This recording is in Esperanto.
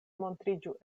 montriĝu